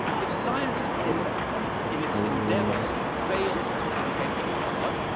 if science, in in its endeavors, fails to detect god,